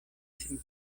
sin